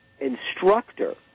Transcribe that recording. instructor